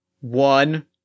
one